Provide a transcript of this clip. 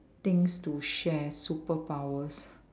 things to share superpowers